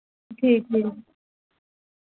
ठीक ठीक